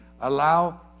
allow